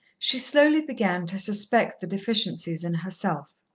she slowly began to suspect the deficiencies in herself.